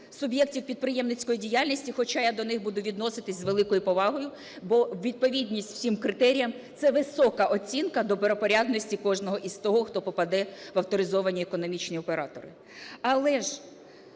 суб'єктів підприємницької діяльності, хоча я до них буду відноситись з великою повагою, бо відповідність всім критеріям – це висока оцінка добропорядності кожного із того, хто попаде в авторизовані економічні оператори? Але ж